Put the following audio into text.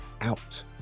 out